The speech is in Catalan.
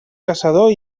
caçador